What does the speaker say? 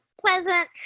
Pleasant